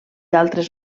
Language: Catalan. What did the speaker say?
altres